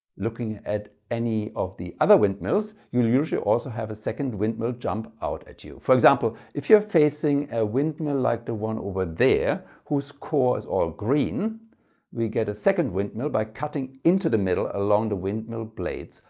looking at any of the other windmills you'll usual also have a second windmill jump out at you. for example, if you're facing a windmill like the one over there, whose core is all green we get a second windmill by cutting into the middle along the windmill blades,